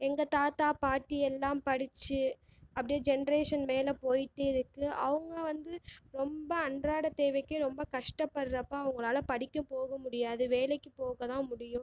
எங்கள் தாத்தா பாட்டி எல்லாம் படித்து அப்படியே ஜென்ரேசன் மேலே போயிட்டே இருக்குது அவங்க வந்து ரொம்ப அன்றாடம் தேவைக்கு ரொம்ப கஷ்டப்படுறப்ப அவங்களால படிக்க போக முடியாது வேலைக்கு போகதான் முடியும்